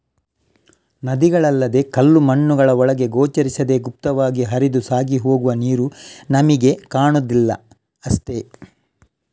ನದಿಗಳಲ್ಲದೇ ಕಲ್ಲು ಮಣ್ಣುಗಳ ಒಳಗೆ ಗೋಚರಿಸದೇ ಗುಪ್ತವಾಗಿ ಹರಿದು ಸಾಗಿ ಹೋಗುವ ನೀರು ನಮಿಗೆ ಕಾಣುದಿಲ್ಲ ಅಷ್ಟೇ